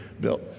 built